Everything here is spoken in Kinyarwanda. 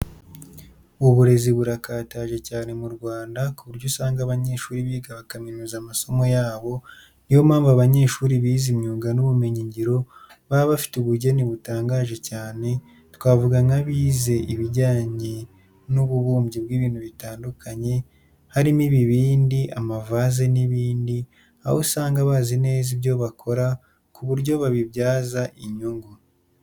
Uburezi burakataje cyane mu Rwanda ku buryo usanga abanyeshuri biga bakaminuza amasomo yabo, ni yo mpamvu abanyeshuri bize imyuga n'ubumenyingiro baba bafite ubugeni butangaje cyane twavuga nk'abize ibijyanye n'ububumbyi bw'ibintu bitandukanye harimo ibibindi, amavaze n'ibindi aho usanga bazi neza ibyo bakora ku buryo babibyaza inyungu.